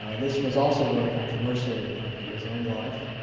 this was also very controversial in his own life.